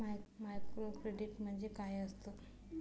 Microcredit म्हणजे काय असतं?